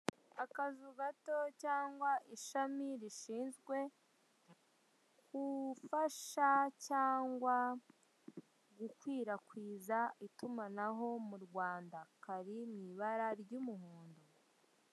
Akazu gato cyangwa ishami rishinzwe gufasha cyangwa gukwirakwiza itumanaho mu Rwanda kari mu ibara ry'umuhondo.